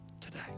today